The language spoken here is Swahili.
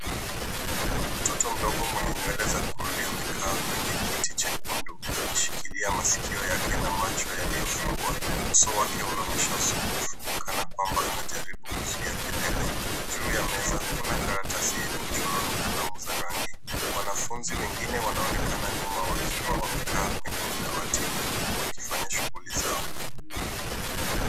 Mtoto mdogo mwenye nywele za kuli amekaa kwenye kiti chekundu akishikilia masikio yake na macho yaliyofungwa. Uso wake unaonyesha usumbufu kana kwamba anajaribu kuzuia kelele. Juu ya meza kuna karatasi yenye mchoro na kalamu za rangi. Wanafunzi wengine wanaonekana nyuma wakiwa wamekaa kwenye madawati wakifanya shughuli zao.